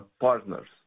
partners